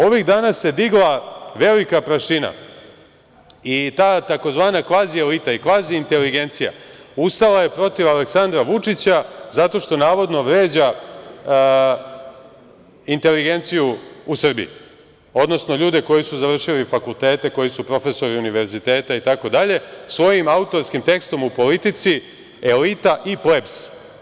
Ovih dana se digla velika prašina i ta tzv. kvazielita i kvaziinteligencija ustala je protiv Aleksandra Vučića zato što navodno vređa inteligenciju u Srbiji, odnosno ljude koji su završili fakultete, koji su profesori univerziteta itd, svojim autorskim tekstom u „Politici“ – „Elita i plebs“